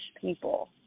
people